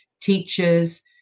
teachers